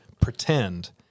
pretend